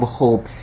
hope